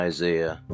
Isaiah